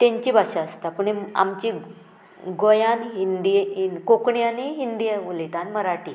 तेंची भाशा आसता पूण आमची गोंयान हिंदी कोंकणी आनी हिंदी उलयता आनी मराठी